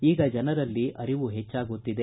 ಈಗ ಜನರಲ್ಲಿ ಅರಿವು ಹೆಚ್ಚಾಗುತ್ತಿದೆ